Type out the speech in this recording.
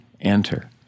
enter